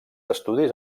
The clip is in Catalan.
estudis